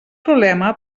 problema